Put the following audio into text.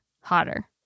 hotter